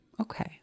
okay